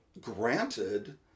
granted